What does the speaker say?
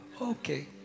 Okay